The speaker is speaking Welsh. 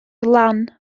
lan